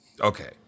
Okay